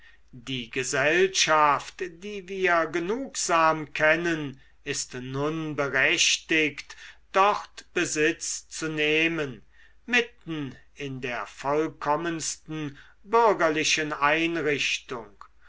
die gesellschaft die wir genugsam kennen ist nun berechtigt dort besitz zu nehmen mitten in der vollkommensten bürgerlichen einrichtung